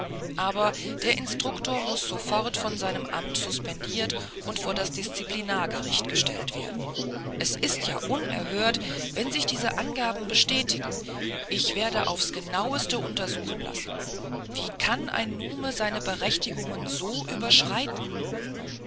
aber der instruktor muß sofort von seinem amt suspendiert und vor das disziplinargericht gestellt werden das ist ja unerhört wenn sich diese angaben bestätigen ich werde aufs genaueste untersuchen lassen wie kann ein nume seine berechtigungen so überschreiten